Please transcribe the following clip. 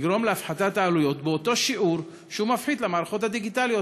יגרום להפחתת העלויות באותו שיעור שהוא מפחית למערכות הדיגיטליות.